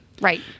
Right